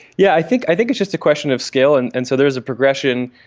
yeah i think i think it's just a question of scale, and and so there is a progression,